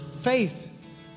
Faith